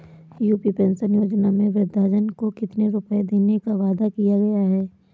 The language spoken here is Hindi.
यू.पी पेंशन योजना में वृद्धजन को कितनी रूपये देने का वादा किया गया है?